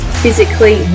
physically